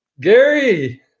Gary